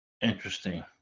interesting